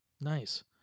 Nice